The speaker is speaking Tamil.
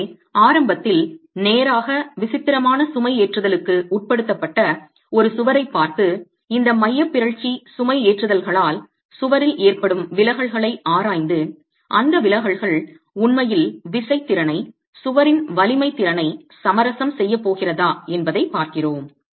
எனவே ஆரம்பத்தில் நேராக விசித்திரமான சுமைஏற்றுதலுக்கு உட்படுத்தப்பட்ட ஒரு சுவரைப் பார்த்து இந்த மையப் பிறழ்ச்சி சுமைஏற்றுதல்களால் சுவரில் ஏற்படும் விலகல்களை ஆராய்ந்து அந்த விலகல்கள் உண்மையில் விசைத் திறனை சுவரின் வலிமை திறனை சமரசம் செய்யப் போகிறதா என்பதைப் பார்க்கிறோம்